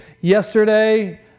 yesterday